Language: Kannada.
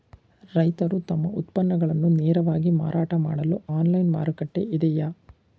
ರೈತರು ತಮ್ಮ ಉತ್ಪನ್ನಗಳನ್ನು ನೇರವಾಗಿ ಮಾರಾಟ ಮಾಡಲು ಆನ್ಲೈನ್ ಮಾರುಕಟ್ಟೆ ಇದೆಯೇ?